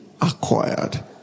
acquired